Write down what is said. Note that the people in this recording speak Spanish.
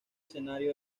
escenario